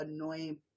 annoying